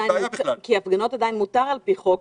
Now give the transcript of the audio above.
כי הפגנות עדיין מותר על פי חוק,